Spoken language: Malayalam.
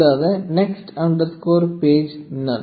കൂടാതെ നെക്സ്റ്റ് അണ്ടർസ്കോർ പേജ് നൻ